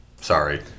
Sorry